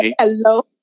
Hello